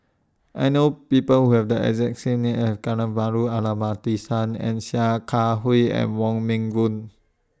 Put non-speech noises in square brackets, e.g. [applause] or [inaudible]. I know People Who Have The exact same name as [unintelligible] and Sia Kah Hui and Wong Meng Voon